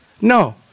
No